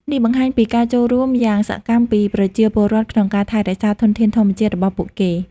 នេះបង្ហាញពីការចូលរួមយ៉ាងសកម្មពីប្រជាពលរដ្ឋក្នុងការថែរក្សាធនធានធម្មជាតិរបស់ពួកគេ។